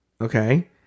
Okay